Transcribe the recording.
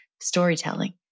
storytelling